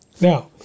Now